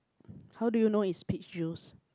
how do you know is peach juice